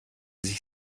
sich